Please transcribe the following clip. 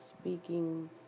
speaking